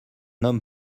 homme